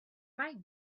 might